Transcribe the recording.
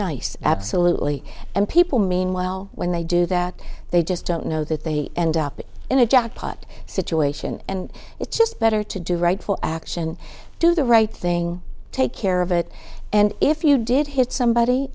nice absolutely and people mean well when they do that they just don't know that they end up in a jackpot situation and it's just better to do right for action do the right thing take care of it and if you did hit somebody